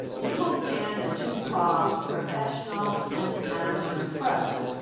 whipple planned a two-prong and professional and amateur approach